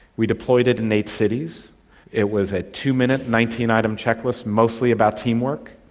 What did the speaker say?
we deployed it in eight cities it was a two-minute, nineteen item checklist, mostly about teamwork,